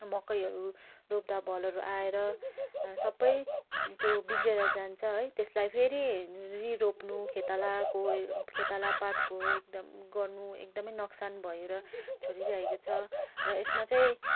मकैहरू रोप्दा भलहरू आएर सबै त्यो बिग्रिएर जान्छ है त्यस्लाई फेरि रि रोप्नु खेतालाको खेताला पातको एकदम गर्नु एकदमै नोक्सान भएर छोडिरहेको छ र यसमा चाहिँ